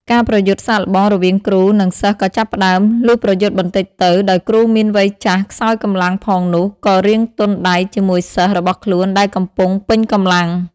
ការប្រយុទ្ធសាកល្បងរវាងគ្រូ និងសិស្សក៏ចាប់ផ្ដើម លុះប្រយុទ្ធបន្តិចទៅ ដោយគ្រូមានវ័យចាស់ខ្សោយកម្លាំងផងនោះ ក៏រាងទន់ដៃជាមួយសិស្សរបស់ខ្លួនដែលកំពុងពេញកម្លាំង ។